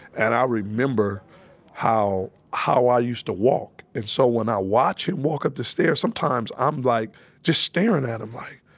and i remember how how i used to walk. and so, when i watch him walk up the stairs, sometimes i'm like just starin' at him like,